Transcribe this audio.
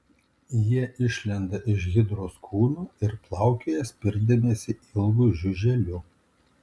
jie išlenda iš hidros kūno ir plaukioja spirdamiesi ilgu žiuželiu